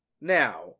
Now